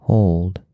Hold